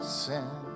sin